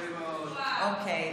אוקיי.